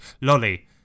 Lolly